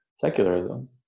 secularism